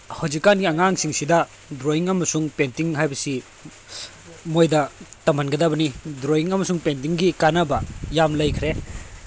ꯍꯧꯖꯤꯛꯀꯥꯟꯒꯤ ꯑꯉꯥꯡꯁꯤꯡꯁꯤꯗ ꯗ꯭ꯔꯣꯌꯤꯡ ꯑꯃꯁꯨꯡ ꯄꯦꯟꯇꯤꯡ ꯍꯑꯏꯕꯁꯤ ꯃꯣꯏꯗ ꯇꯝꯍꯟꯒꯗꯕꯅꯤ ꯗ꯭ꯔꯣꯌꯤꯡ ꯑꯃꯁꯨꯡ ꯄꯦꯟꯇꯤꯡꯒꯤ ꯀꯥꯟꯅꯕ ꯌꯥꯝ ꯂꯩꯈ꯭ꯔꯦ